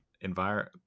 environment